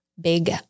big